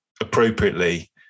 appropriately